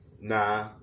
Nah